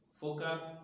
focus